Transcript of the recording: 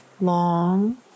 Long